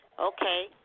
okay